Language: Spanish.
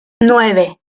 nueve